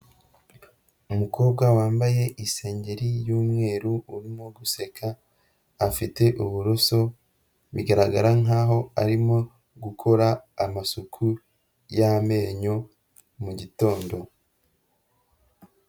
Umukobwa wambaye isengeri y'umweru, urimo guseka afite uburoso, bigaragara nkaho arimo gukora amasuku y'amenyo mu gitondo.